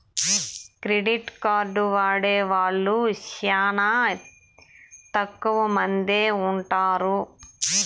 credit card వాడే వాళ్ళు శ్యానా తక్కువ మందే ఉంటారు